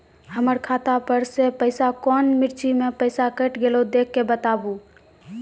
हमर खाता पर से पैसा कौन मिर्ची मे पैसा कैट गेलौ देख के बताबू?